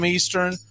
Eastern